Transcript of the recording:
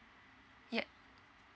yup